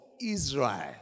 Israel